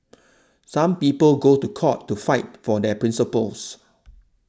some people go to court to fight for their principles